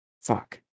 Fuck